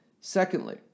Secondly